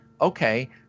okay